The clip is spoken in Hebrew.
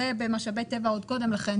ובמשאבי טבע עוד קודם לכן,